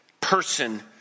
person